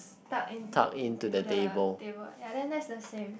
stuck into the table ya then that's the same